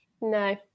No